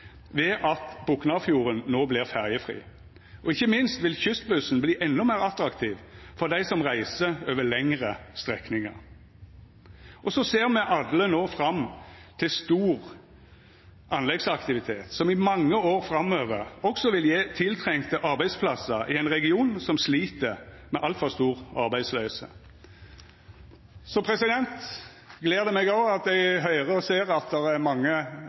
ved at Boknafjorden no vert ferjefri, og ikkje minst vil Kystbussen bli endå meir attraktiv for dei som reiser over lengre strekningar. Og så ser me alle no fram til stor anleggsaktivitet, som i mange år framover også vil gje tiltrengde arbeidsplassar i ein region som slit med altfor stor arbeidsløyse. Det gler meg også at eg høyrer og ser at